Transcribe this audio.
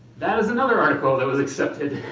that is another article that was accepted